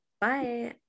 bye